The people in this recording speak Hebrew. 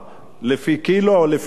לפי קילו או לפי משקל.